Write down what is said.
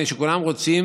מפני שכולם רוצים